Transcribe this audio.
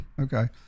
Okay